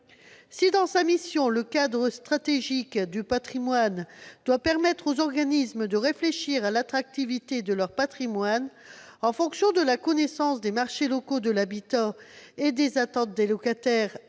dans les missions du cadre stratégique patrimonial de permettre aux organismes de réfléchir à l'attractivité de leur patrimoine, en fonction de la connaissance des marchés locaux de l'habitat et des attentes des locataires